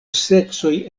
seksoj